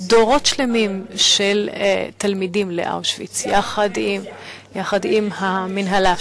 דורות שלמים של תלמידים לאושוויץ, יחד עם המינהלה.